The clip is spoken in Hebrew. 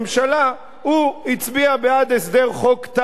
הוא הצביע בעד הסדר חוק טל הקודם,